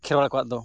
ᱠᱷᱮᱨᱣᱟᱲ ᱠᱚᱣᱟᱜ ᱫᱚ